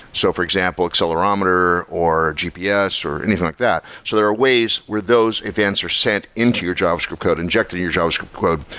so, for example, accelerometer, or gps, or anything like that. so there are ways where those events are sent into your javascript code, injected your javascript code.